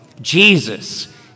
Jesus